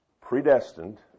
predestined